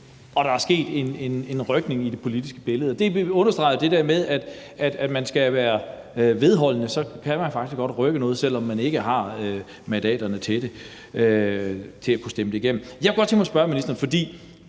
og der er sket et ryk i det politiske billede. Det understreger det der med, at man skal være vedholdende, for så kan man faktisk godt rykke noget, selv om man ikke har mandaterne til at kunne stemme det igennem. Jeg kunne godt tænke mig at spørge ministeren om